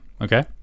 Okay